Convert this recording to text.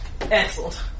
Excellent